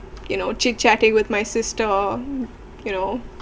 you know chit chatting with my sister you know